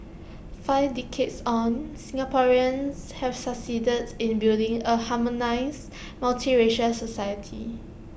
five decades on Singaporeans have succeeded in building A harmonious multiracial society